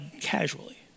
casually